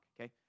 okay